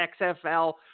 XFL